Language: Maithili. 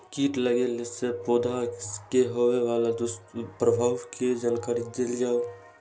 कीट लगेला से पौधा के होबे वाला दुष्प्रभाव के जानकारी देल जाऊ?